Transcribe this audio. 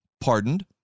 pardoned